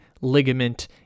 ligament